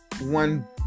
one